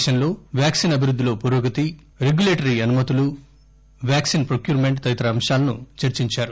దేశంలో వాక్పిన్ అభివృద్దిలో పురోగతి రెగ్యులేటరీ అనుమతులు వాక్సిన్ ప్రొక్యూర్మెంట్ తదితర అంశాలను చర్చించారు